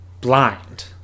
blind